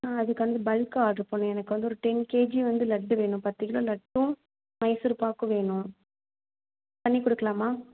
ஆ அதுக்கு வந்து பல்க்காக ஆர்ட்ரு பண்ணும் எனக்கு வந்து ஒரு டென் கேஜி வந்து லட்டு வேணும் பத்து கிலோ லட்டும் மைசூர்பாக்கும் வேணும் பண்ணிக் கொடுக்கலாமா